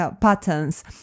patterns